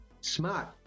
Smart